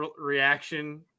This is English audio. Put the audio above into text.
reaction